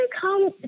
come